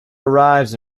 arrives